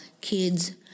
kids